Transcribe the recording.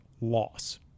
loss